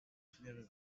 schwere